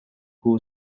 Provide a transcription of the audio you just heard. who